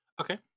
Okay